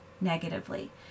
negatively